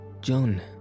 John